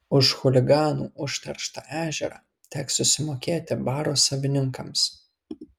už chuliganų užterštą ežerą teks susimokėti baro savininkams